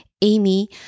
Amy